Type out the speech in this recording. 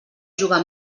jugar